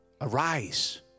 Arise